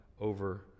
over